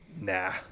nah